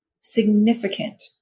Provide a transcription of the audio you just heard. Significant